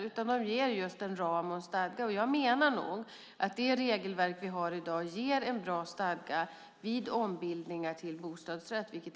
Stadgarna ger en ram och just en stadga, och jag menar nog att det regelverk vi har i dag ger en bra stadga vid ombildningar till bostadsrätt.